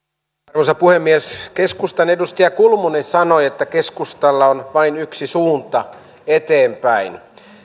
arvoisa puhemies keskustan edustaja kulmuni sanoi että keskustalla on vain yksi suunta eteenpäin